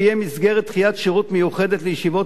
תהיה מסגרת דחיית שירות מיוחדת לישיבות